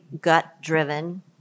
gut-driven